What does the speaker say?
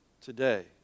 today